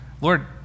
Lord